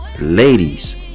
ladies